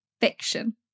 fiction